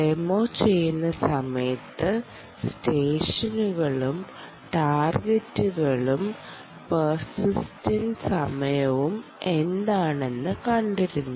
demo ചെയ്യുന്ന സമയത്ത് സ്റ്റേഷനുകളും ടാർഗെറ്റുകളും പേർസിസ്റ്റൻ്റ് സമയവും എന്താണെന്ന് കണ്ടിരുന്നു